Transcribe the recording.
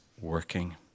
working